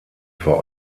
vor